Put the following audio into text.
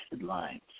lines